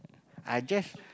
I just